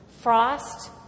frost